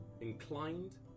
inclined